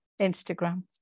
Instagram